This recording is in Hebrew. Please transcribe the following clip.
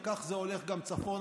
וכך זה הולך גם צפונה,